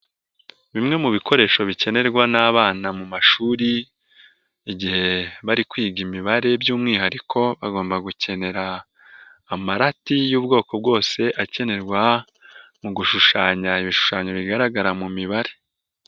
Bimwe mu bikoresho bikenerwa n'abana mu mashuri, igihe bari kwiga imibare by'umwihariko bagomba gukenera amarati y'ubwoko bwose akenerwa mu gushushanya ibishushanyo bigaragara mu mibare.